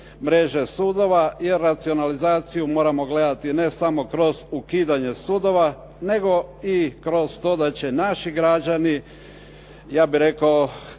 mreže sudova jer racionalizaciju moramo gledati ne samo kroz ukidanje sudova nego i kroz to da će naši građani ja bih rekao